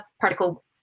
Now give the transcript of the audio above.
particle